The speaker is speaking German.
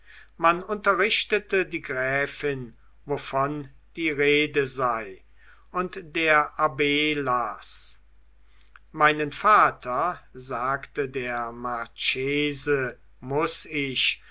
man unterrichtete die gräfin wovon die rede sei und der abb las meinen vater sagte der marchese muß ich